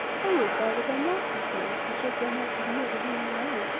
how wilt thou that i mark this mass which as thou must admit is only iron?